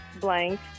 Blank